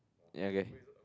ya okay